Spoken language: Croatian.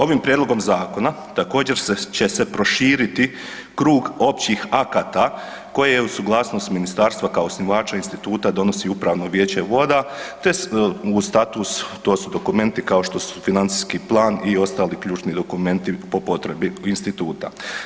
Ovim prijedlogom zakona također će se proširiti krug općih akata koje je u suglasnosti ministarstva kao osnivača instituta donosi Upravno vijeće voda te uz status to su dokumenti kao što su financijski plan i ostali ključni dokumenti po potrebi instituta.